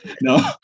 no